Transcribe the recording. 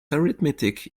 arithmetic